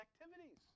activities